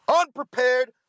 Unprepared